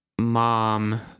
mom